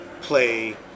play